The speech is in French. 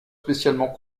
spécialement